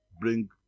bring